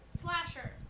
Slasher